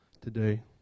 today